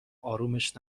آرومش